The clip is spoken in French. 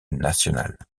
nationale